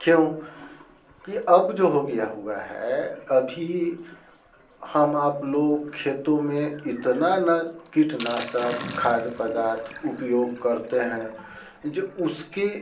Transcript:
क्यों कि अब जो हो गया हुआ है अभी हम आप लोग खेतों में इतना ना कीटनाशक खाद्य पदार्थ उपयोग करते हैं जो उसके